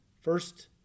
First